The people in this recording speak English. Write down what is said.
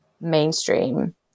mainstream